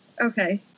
Okay